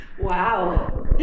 Wow